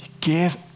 Give